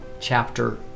chapter